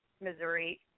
Missouri